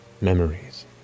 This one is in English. memories